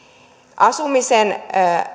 asumisen